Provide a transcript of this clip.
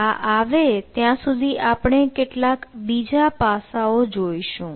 આ આવે ત્યાં સુધી આપણે કેટલાક બીજા પાસાઓ જોઈશું